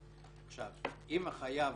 אם החייב